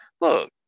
Look